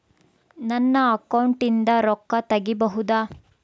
ನನ್ನ ಅಕೌಂಟಿಂದ ರೊಕ್ಕ ತಗಿಬಹುದಾ?